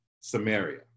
Samaria